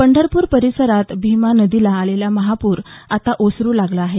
पंढरपूर परिसरात भीमा नदीला आलेला महापूर आता ओसरू लागला आहे